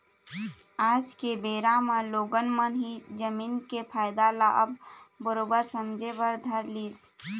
आज के बेरा म लोगन मन ह जमीन के फायदा ल अब बरोबर समझे बर धर लिस